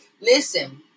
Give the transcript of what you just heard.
Listen